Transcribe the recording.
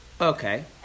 Okay